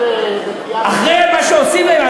אחרי מה שעושים להם,